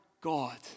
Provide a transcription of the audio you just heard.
God